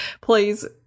please